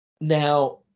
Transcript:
Now